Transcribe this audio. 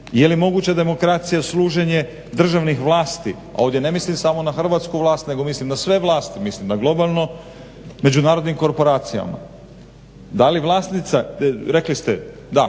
Je li moguća demokracija služenje državnih vlasti, ovdje ne mislim samo na hrvatsku vlast nego mislim na sve vlasti, mislim na globalno međunarodnih korporacijama. Da li vlasnica, rekli ste, da